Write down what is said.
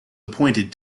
appointed